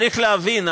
צריך להבין,